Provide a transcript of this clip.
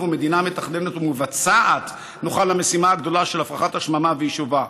ומדינה מתכננת ומבצעת נוכל למשימה הגדולה של הפרחת השממה ויישובה.